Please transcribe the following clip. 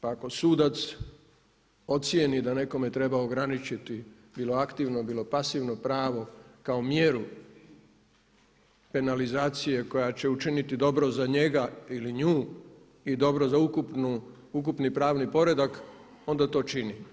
Ako sudac ocijeni da nekome treba ograničiti bilo aktivno, bilo pasivno pravo kao mjeru penalizacije koja će učiniti dobro za njega ili nju i dobro za ukupni pravni poredak onda to čini.